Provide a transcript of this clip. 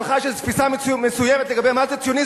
שלך יש איזו תפיסה מסוימת לגבי מה זה ציוני,